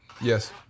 Yes